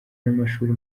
n’amashuri